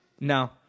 No